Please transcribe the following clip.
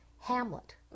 Hamlet